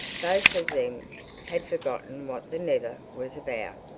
both of them had forgotten what the never was about.